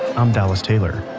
i'm dallas taylor